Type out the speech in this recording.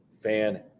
Fan